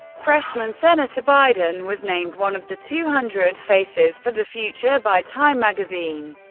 freshman senator biden was named one of the two hundred faces for the future by time magazine,